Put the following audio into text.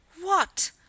What